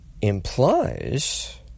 implies